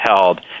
held